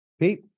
Pete